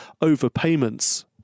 overpayments